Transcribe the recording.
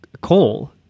coal